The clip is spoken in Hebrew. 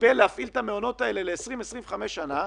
שקיבל להפעיל את המעונות האלה ל-20,25 שנה,